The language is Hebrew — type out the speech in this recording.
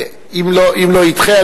אם זה לא יידחה,